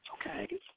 Okay